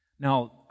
Now